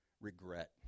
Regret